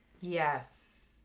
Yes